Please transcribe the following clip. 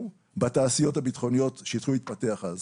בתעשיות הביטחוניות שהתחילו להתפתח אז.